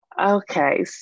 okay